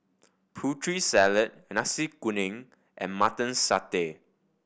Putri Salad Nasi Kuning and Mutton Satay